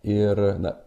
ir na